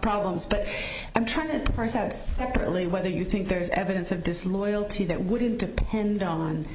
problems but i'm trying to parse out separately whether you think there is evidence of disloyalty that wouldn't depend on